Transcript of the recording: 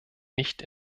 nicht